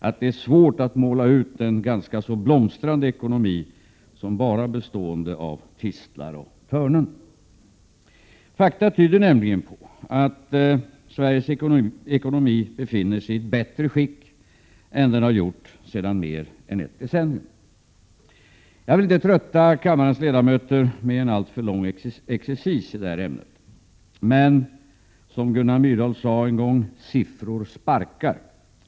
Det är svårt att måla ut en ganska blomstrande ekonomi som om den bara bestod av tistlar och törnen. Fakta tyder nämligen på att Sveriges ekonomi befinner sig i ett bättre skick än den har gjort sedan mer än ett decennium. Jag vill inte trötta kammarens ledamöter med en alltför lång exercis i detta ämne. Men ”Ssiffror sparkar”, sade en gång Gunnar Myrdal.